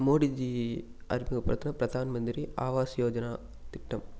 மோடிஜி அறிமுகப்படுத்துன பிரதான் மந்திரி ஆவாஸ் யோஜனா திட்டம்